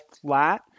flat